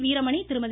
Veeramani Thirumathi